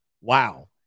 Wow